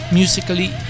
musically